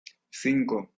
cinco